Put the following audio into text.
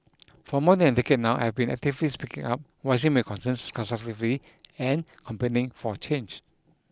for more than a decade now I've been actively speaking up voicing my concerns constructively and campaigning for change